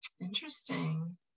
Interesting